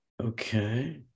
okay